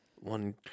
One